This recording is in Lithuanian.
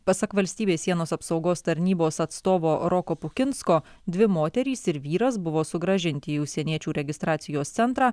pasak valstybės sienos apsaugos tarnybos atstovo roko pukinsko dvi moterys ir vyras buvo sugrąžinti į užsieniečių registracijos centrą